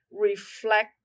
Reflect